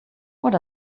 what